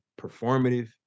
performative